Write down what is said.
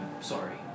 sorry